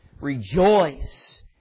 rejoice